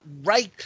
right